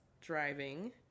Driving